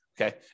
okay